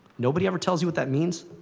nobody ever tells you what that means.